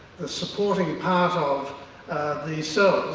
the supporting part of these